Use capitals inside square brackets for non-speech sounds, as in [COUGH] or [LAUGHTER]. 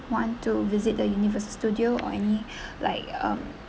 want to visit the universal studio or any [BREATH] like um